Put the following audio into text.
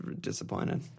disappointed